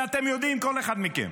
ואתם יודעים, כל אחד מכם.